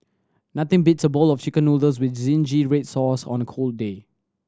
nothing beats a bowl of Chicken Noodles with zingy red sauce on a cold day